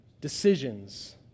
decisions